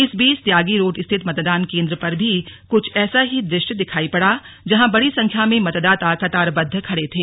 इस बीच त्यागी रोड स्थित मतदान केंद्र पर भी कुछ ऐसा ही दृश्य दिखाई पड़ा जहां बड़ी संख्या में मतदाता कतारबद्ध खड़े थे